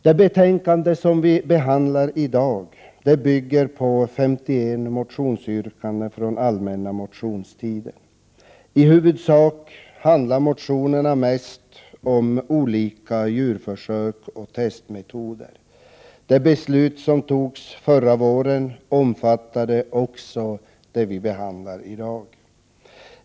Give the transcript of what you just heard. Det betänkande som vi nu behandlar bygger på 51 motionsyrkanden från allmänna motionstiden. I huvudsak handlar motionerna om olika djurförsök och testmetoder. Det beslut som togs förra våren omfattade också de ärenden vi behandlar i dag.